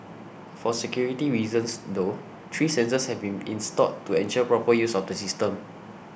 for security reasons though three sensors have been installed to ensure proper use of the system